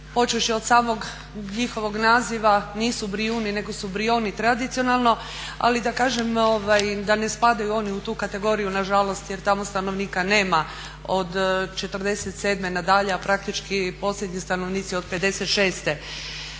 počevši od samog njihovog naziva nisu Brijuni nego su Brijoni tradicionalno. Ali da kažem da ne spadaju oni u tu kategoriju na žalost jer tamo stanovnika nema od '47. na dalje, a praktički posljednji stanovnici od '56.